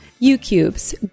U-Cubes